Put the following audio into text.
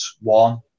one